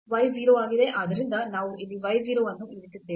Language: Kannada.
ಆದ್ದರಿಂದ ನಾವು ಇಲ್ಲಿ y 0 ಅನ್ನು ಇರಿಸಿದ್ದೇವೆ